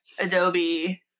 Adobe